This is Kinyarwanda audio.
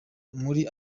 muri